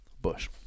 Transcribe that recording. Bush